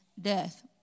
death